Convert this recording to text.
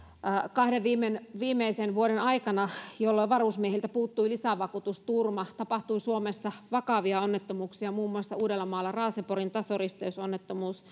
kahden viimeisen vuoden aikana jolloin varusmiehiltä puuttui lisävakuutusturva tapahtui suomessa vakavia onnettomuuksia muun muassa uudellamaalla raaseporin tasoristeysonnettomuus